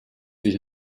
sich